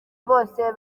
bose